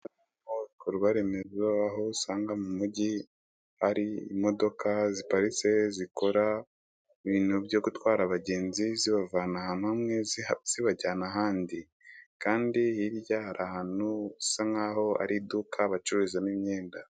Ndabonamo ibikorwa remezo aho usanga mu mugi hari imodoka ziparitse zikora ibintu byo gutwara abagenzi zibavana ahantu hamwe zibajyana ahandi kandi hirya hari ahantu bisa nkaho ari iduka bacururizamo imyenda.